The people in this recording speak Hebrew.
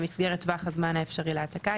במסגרת טווח הזמן האפשרי להעתקה,